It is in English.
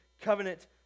covenant